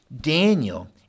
Daniel